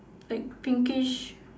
like pinkish